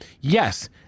yes